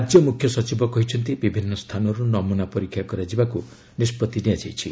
ରାଜ୍ୟ ମୁଖ୍ୟ ସଚିବ କହିଛନ୍ତି ବିଭିନ୍ନ ସ୍ଥାନରୁ ନମୁନା ପରୀକ୍ଷା କରାଯିବାକୁ ନିଷ୍ପଭି ନିଆଯାଇଛି